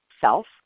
self